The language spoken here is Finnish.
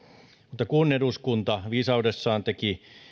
mutta kun eduskunta viisaudessaan teki